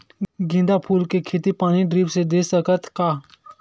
गेंदा फूल के खेती पानी ड्रिप से दे सकथ का?